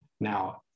Now